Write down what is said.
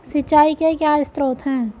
सिंचाई के क्या स्रोत हैं?